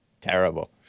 Terrible